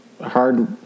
hard